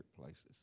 places